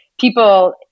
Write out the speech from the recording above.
people